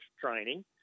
training